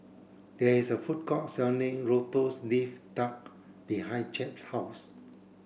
there is a food court selling lotus leaf duck behind Jett's house